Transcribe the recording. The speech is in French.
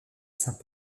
saint